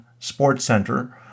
SportsCenter